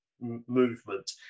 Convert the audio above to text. movement